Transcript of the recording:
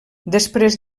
després